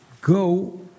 go